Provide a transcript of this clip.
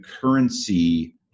currency